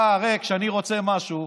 כשאני רוצה משהו,